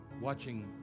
watching